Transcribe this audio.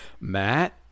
Matt